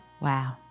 Wow